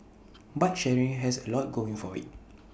bike sharing has A lot going for IT